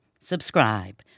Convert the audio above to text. Subscribe